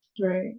Right